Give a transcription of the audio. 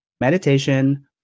Meditation